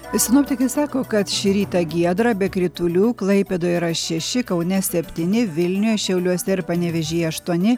sinoptikai sako kad šį rytą giedra be kritulių klaipėdoje yra šeši kaune septyni vilniuje šiauliuose ir panevėžyje aštuoni